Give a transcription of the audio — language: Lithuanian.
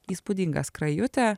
įspūdingą skrajutę